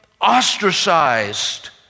ostracized